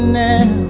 now